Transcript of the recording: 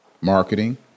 marketing